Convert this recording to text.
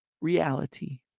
reality